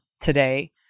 today